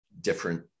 different